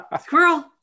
Squirrel